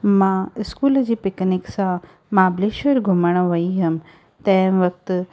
मां स्कूल जे पिकनिक सां महाबलेश्वर घुमणु वई हुअमि तंहिं वक़्तु